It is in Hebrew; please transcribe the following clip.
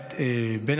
לפי מה שכתב מבקר המדינה,